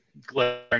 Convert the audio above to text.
glaring